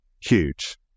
huge